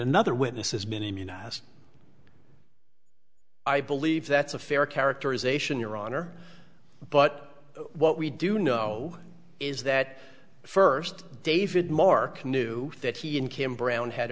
another witness has been immunized i believe that's a fair characterization your honor but what we do know is that first david moore knew that he and kim brown had